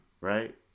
right